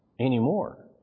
anymore